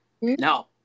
no